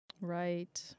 Right